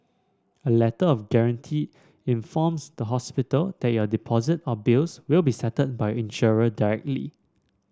a Letter of Guarantee informs the hospital that your deposit or bills will be settled by insurer directly